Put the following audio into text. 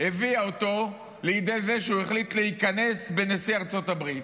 הביאה אותו לידי זה שהוא החליט להיכנס בנשיא ארצות הברית,